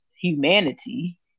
humanity